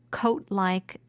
coat-like